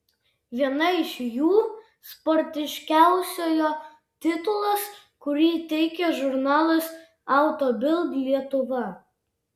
viena iš jų sportiškiausiojo titulas kurį teikia žurnalas auto bild lietuva